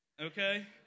Okay